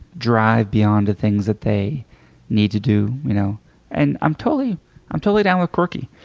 drive beyond the things that they need to do. you know and i'm totally i'm totally down with quirky.